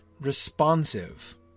Responsive